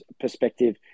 perspective